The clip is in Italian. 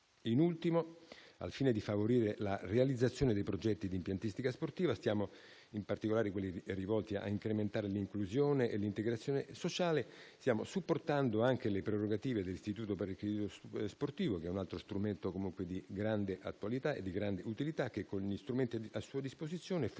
In ultimo, al fine di favorire la realizzazione dei progetti di impiantistica sportiva, in particolare quelli rivolti a incrementare l'inclusione e l'integrazione sociale, stiamo supportando anche le prerogative dell'Istituto per il credito sportivo, che è un altro strumento di grande attualità e utilità, che con gli strumenti a sua disposizione fornisce